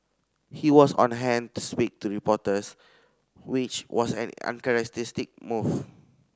he was on hand to speak to reporters which was an uncharacteristic move